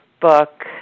book